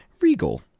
regal